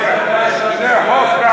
רק אתה שומר חוק,